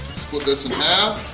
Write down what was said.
but this in half.